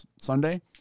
Sunday